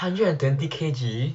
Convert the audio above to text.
hundred twenty K_G